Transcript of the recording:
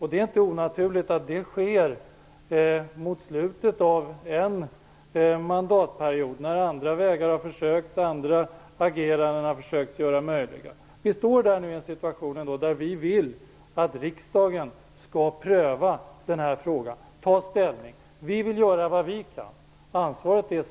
Det är inte onaturligt att det sker mot slutet av en mandatperiod, när alla andra vägar och sätt att agera har prövats. Nu har vi en situation då vi vill att riksdagen skall pröva denna fråga och ta ställning. Vi vill göra vad vi kan. Sedan är ansvaret riksdagens.